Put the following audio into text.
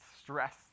stress